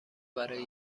برای